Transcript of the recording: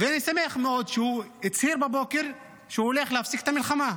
ואני שמח מאוד שהוא הצהיר בבוקר שהוא הולך להפסיק את המלחמה.